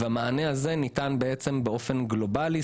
המענה הזה ניתן באופן גלובלי,